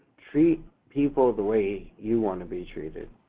treat people the way you wanna be treated.